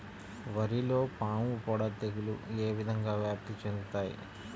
వరిలో పాముపొడ తెగులు ఏ విధంగా వ్యాప్తి చెందుతాయి?